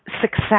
success